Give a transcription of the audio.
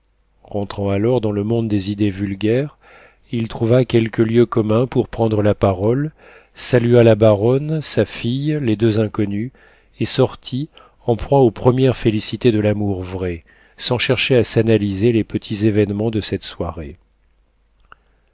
rentrant alors dans le monde des idées vulgaires il trouva quelques lieux communs pour prendre la parole salua la baronne sa fille les deux inconnus et sortit en proie aux premières félicités de l'amour vrai sans chercher à s'analyser les petits événements de cette soirée